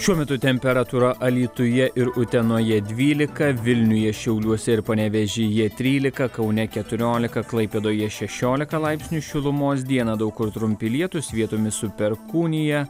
šiuo metu temperatūra alytuje ir utenoje dvylika vilniuje šiauliuose ir panevėžyje trylika kaune keturiolika klaipėdoje šešiolika laipsnių šilumos dieną daug kur trumpi lietūs vietomis su perkūnija